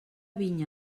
vinya